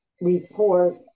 report